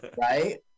right